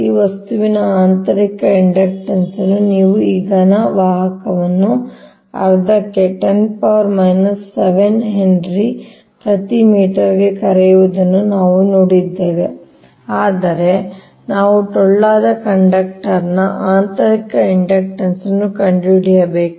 ಈ ವಸ್ತುವಿನ ಆಂತರಿಕ ಇಂಡಕ್ಟನ್ಸ್ ಅನ್ನು ನೀವು ಆ ಘನ ವಾಹಕವನ್ನು ಅರ್ಧಕ್ಕೆ 10⁻⁷ ಹೆನ್ರಿ ಪ್ರತಿ ಮೀಟರ್ಗೆ ಕರೆಯುವುದನ್ನು ನಾವು ನೋಡಿದ್ದೇವೆ ಆದರೆ ನಾವು ಟೊಳ್ಳಾದ ಕಂಡಕ್ಟರ್ನ ಆಂತರಿಕ ಇಂಡಕ್ಟನ್ಸ್ ಅನ್ನು ಕಂಡುಹಿಡಿಯಬೇಕು